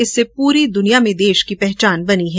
इससे पूरी दुनिया में देश की पहचान बनी है